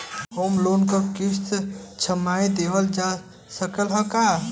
Home loan क किस्त छमाही देहल जा सकत ह का?